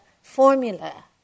formula